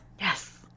Yes